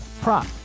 prop